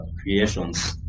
creations